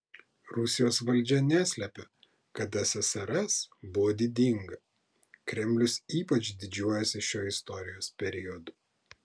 rusijos valdžia neslepia kad ssrs buvo didinga kremlius ypač didžiuojasi šiuo istorijos periodu